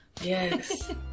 Yes